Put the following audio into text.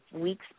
weeks